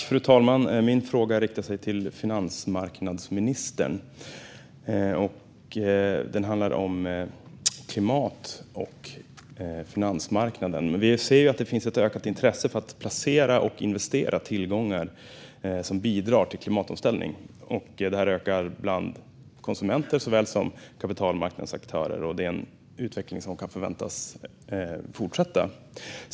Fru talman! Min fråga riktar sig till finansmarknadsministern. Den handlar om klimatet och finansmarknaden. Vi ser att det finns ett ökat intresse för att placera och investera tillgångar som bidrar till klimatomställning. Det här ökar såväl bland konsumenter som bland kapitalmarknadens aktörer, och det är en utveckling som kan förväntas fortsätta.